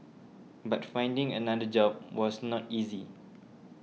but finding another job was not easy